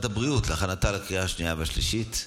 הבריאות להכנתה לקריאה השנייה והשלישית.